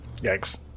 Yikes